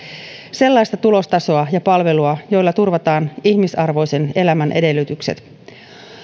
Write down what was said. sellaista tulotasoa ja palvelua joilla turvataan ihmisarvoisen elämän edellytykset